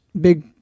big